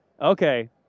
Okay